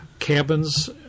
cabins